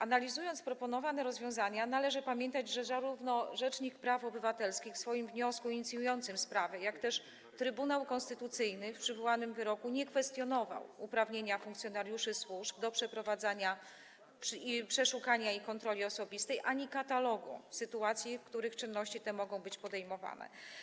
Analizując proponowane rozwiązania, należy pamiętać, że zarówno rzecznik praw obywatelskich w swoim wniosku inicjującym sprawę, jak i Trybunał Konstytucyjny w przywołanym wyroku nie kwestionowali ani uprawnienia funkcjonariuszy służby do przeprowadzania przeszukania i kontroli osobistej, ani katalogu sytuacji, w których czynności te mogą być podejmowane.